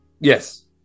Yes